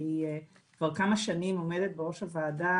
כי היא כבר כמה שנים עומדת בראש הוועדה,